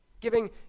Giving